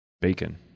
bacon